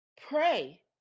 Pray